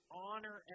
honor